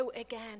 again